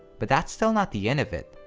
but that's still not the end of it.